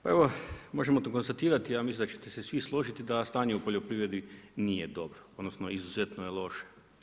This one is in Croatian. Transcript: Pa evo možemo to konstatirati, ja mislim da ćete se svi složiti da stanje u poljoprivredi nije dobro, odnosno izuzetno je loše.